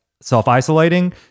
self-isolating